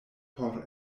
por